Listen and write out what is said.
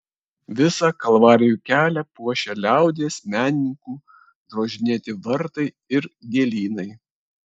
visą kalvarijų kelią puošia liaudies menininkų drožinėti vartai ir gėlynai